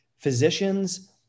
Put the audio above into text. Physicians